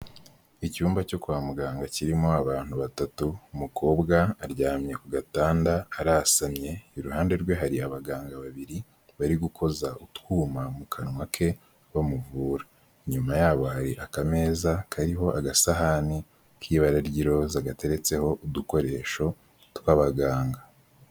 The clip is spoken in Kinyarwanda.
Icyumba cyo kwa muganga kirimo abantu batatu; umukobwa aryamye ku gatanda arasamye, iruhande rwe hari abaganga babiri bari gukoza utwuma mu kanwa ke bamuvura. Inyuma yabo hari akameza kariho agasahani k'ibara ry'i roza gateretseho udukoresho tw'abaganga.